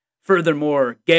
Furthermore